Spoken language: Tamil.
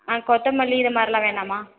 ஆ கொத்தமல்லி இதுமாதிரிலாம் வேணாமா